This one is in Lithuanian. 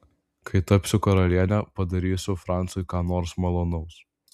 kai tapsiu karaliene padarysiu franciui ką nors malonaus